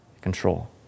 control